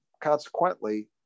consequently